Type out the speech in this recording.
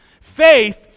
Faith